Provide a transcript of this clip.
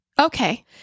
Okay